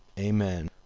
amen.